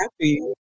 happy